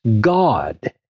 God